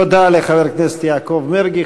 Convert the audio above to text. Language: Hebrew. תודה לחבר הכנסת יעקב מרגי.